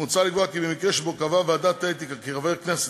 מוצע לקבוע כי במקרה שבו קבעה ועדת האתיקה כי חבר כנסת